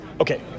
Okay